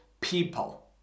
people